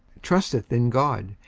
trusteth in god,